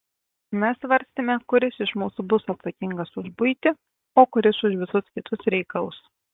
ar mes svarstėme kuris iš mūsų bus atsakingas už buitį o kuris už visus kitus reikalus